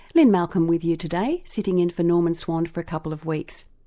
lynne malcolm with you today, sitting in for norman swan for a couple of weeks.